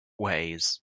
ways